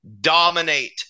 dominate